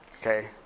Okay